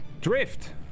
Drift